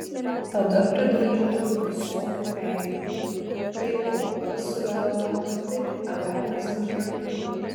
tada pridarytų visokių eibių tai pakulas suveltų tai aveles nukirptų